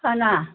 फाना